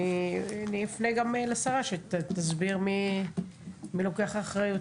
אני אפנה גם לשרה שתסביר מי לוקח אחריות